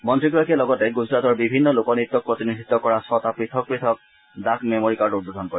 মহীগৰাকীয়ে লগতে গুজৰাটৰ বিভিন্ন লোকন্ত্যক প্ৰতিনিধিত্ব কৰা ছটা পৃথক পৃথক ডাক মেমৰী কাৰ্ড উদ্বোধন কৰে